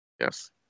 yes